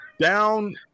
down